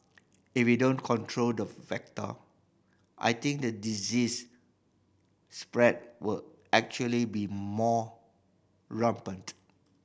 if we don't control the vector I think the disease spread will actually be more rampant